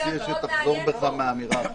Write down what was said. אני מציע שתחזור בך מהאמירה האחרונה.